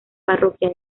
parroquia